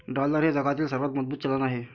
dollar हे जगातील सर्वात मजबूत चलन आहे